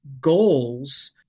goals